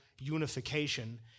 unification